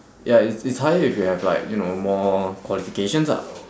ya it's it's higher if you have like you know more qualifications ah